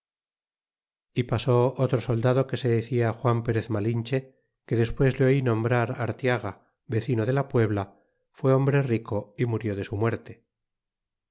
e pasó otro soldado que se decia juan perez malinche que despues le oí nombrar artiaga vecino de la puebla fué hombre rico y murió de su muerte